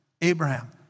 Abraham